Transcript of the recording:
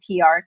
PR